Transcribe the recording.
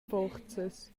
forzas